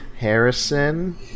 Harrison